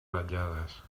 ratllades